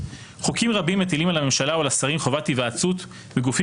חוקים רבים מטילים על הממשלה או על השרים חובת היוועצות בגופים